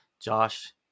josh